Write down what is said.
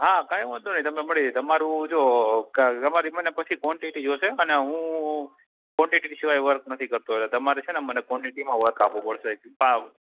હા કાઇ વાંધોનઈ તમે મળી તમારું જો ક તમારી મને પછી કોનટેટી જોસે અને હું કોનટેટી સિવાયે વર્ક નથી કરતો તમારે છેને મને કોનટેટીમાં વર્ક આપવું પડસે ભા